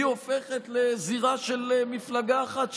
היא הופכת לזירה של מפלגה אחת,